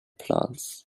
plants